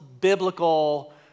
biblical